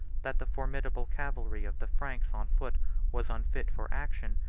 that the formidable cavalry of the franks on foot was unfit for action,